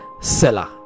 Seller